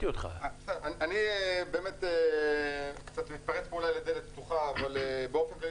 אני אולי מתפרץ לדלת פתוחה אבל באופן כללי